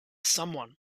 someone